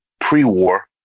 pre-war